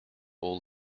all